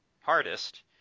hardest